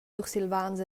sursilvans